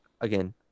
again